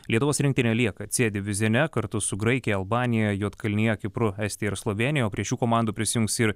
lietuvos rinktinė lieka c divizione kartu su graikija albanija juodkalnija kipru estija ir slovėnija o prie šių komandų prisijungs ir